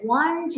one